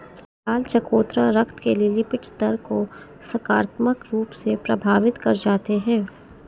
लाल चकोतरा रक्त के लिपिड स्तर को सकारात्मक रूप से प्रभावित कर जाते हैं